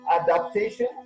adaptation